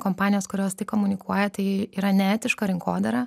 kompanijos kurios tai komunikuoja tai yra neetiška rinkodara